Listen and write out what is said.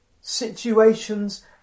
situations